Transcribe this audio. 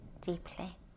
deeply